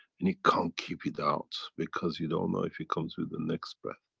and you can't keep it out because you don't know if it comes with the next breath.